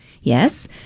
yes